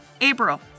April